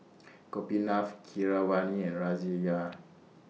Gopinath Keeravani and Razia